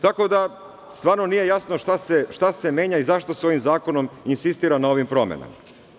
Tako da, stvarno nije jasno šta se menja i zašto se ovim zakonom insistira na ovim promenama.